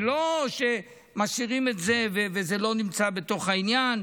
זה לא שמשאירים את זה וזה לא נמצא בתוך העניין,